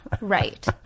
right